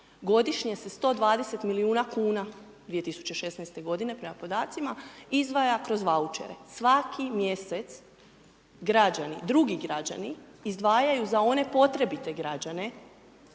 Godišnje se 120 milijuna kuna, 2016. godine prema podacima, izdvaja kroz vouchere, svaki mjesec građani, drugi građani, izdvajaju za one potrebite građane